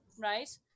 right